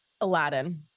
aladdin